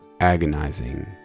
agonizing